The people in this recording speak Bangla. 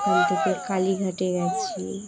কান থেকে কালীঘাটে গাছি